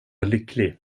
lycklig